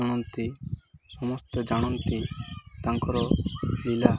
ଶୁଣନ୍ତି ସମସ୍ତେ ଜାଣନ୍ତି ତାଙ୍କର ପିଲା